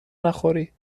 نخوری